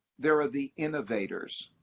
there are the innovators.